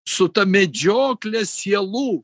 su ta medžiokle sielų